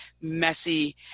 messy